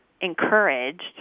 encouraged